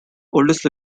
oldest